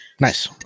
Nice